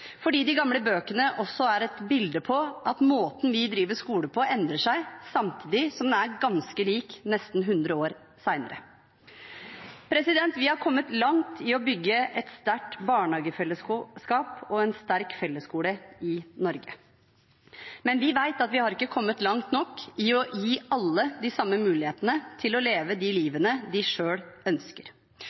De gamle bøkene er også et bilde på at måten vi driver skole på, endrer seg, samtidig som den er ganske lik nesten 100 år senere. Vi har kommet langt i å bygge et sterkt barnehagefellesskap og en sterk fellesskole i Norge, men vi vet at vi ikke har kommet langt nok i å gi alle de samme mulighetene til å leve det livet de selv ønsker.